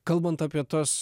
kalbant apie tas